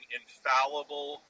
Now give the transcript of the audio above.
infallible